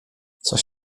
coś